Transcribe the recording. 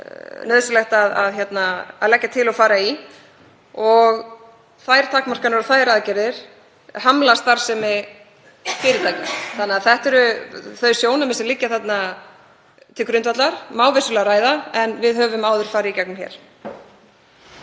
nauðsynlegt að leggja til og fara í og þær takmarkanir og þær aðgerðir hamla starfsemi fyrirtækjanna. Það eru þau sjónarmið sem liggja þarna til grundvallar, má vissulega að ræða en við höfum áður farið í gegnum hér.